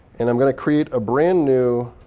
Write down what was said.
and i'm going to create a brand new